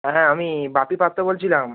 হ্যাঁ হ্যাঁ আমি বাপি পাত্র বলছিলাম